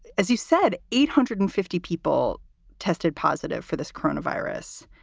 as you said, eight hundred and fifty people tested positive for this coronavirus.